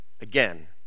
again